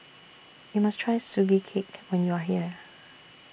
YOU must Try Sugee Cake when YOU Are here